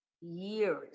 years